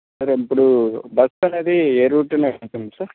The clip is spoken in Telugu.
సరే ఇప్పుడు బస్ అనేది ఏ రూటున వెళ్తుంది సార్